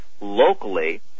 locally